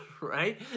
right